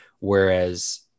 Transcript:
Whereas